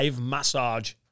massage